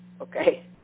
Okay